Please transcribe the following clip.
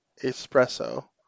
espresso